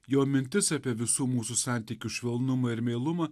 jo mintis apie visų mūsų santykių švelnumą ir meilumą